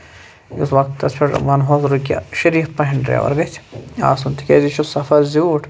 یُس وقتس پٮ۪ٹھ وَنہٕ ہوس رُکہِ شریٖف پَہن ڈریور گژھِ آسن تِکیازِ یہِ چھُ سَفر زیٖوٗٹھ